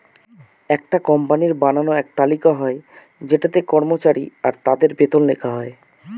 একটা কোম্পানির বানানো এক তালিকা হয় যেটাতে কর্মচারী আর তাদের বেতন লেখা থাকে